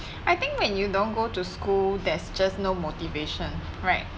I think when you don't go to school there's just no motivation right